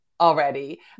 already